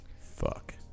Fuck